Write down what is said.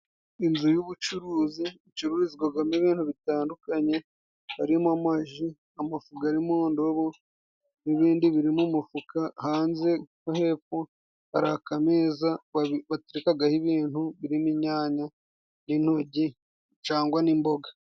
Inzu y'ubucuruzi icururizwagamo ibintu bitandukanye harimo: amaji, amafu gari mu ndobo n'ibindi biri mu mufuka, hanze nko hepfo hari akameza baterekagaho ibintu birimo inyanya n'intojyi cangwa n'imboga.